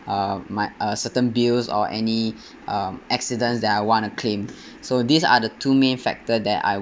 uh my uh certain bills or any uh accidents that I want to claim so these are the two main factor that I